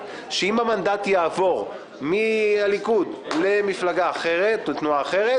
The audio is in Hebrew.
שאם המנדט יעבור מהליכוד למפלגה או תנועה אחרת,